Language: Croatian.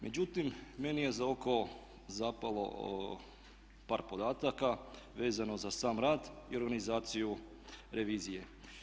Međutim, meni je za oku zapalo par podataka vezano za sam rad i organizaciju revizije.